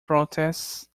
protests